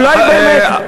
אולי באמת,